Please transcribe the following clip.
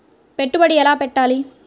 పెట్టుబడి ఎలా పెట్టాలి?